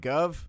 Gov